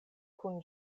kun